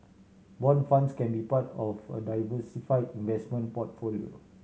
bond funds can be part of a diversified investment portfolio